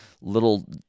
little